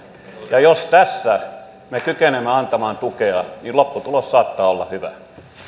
ja jos tässä me kykenemme antamaan tukea niin lopputulos saattaa olla hyvä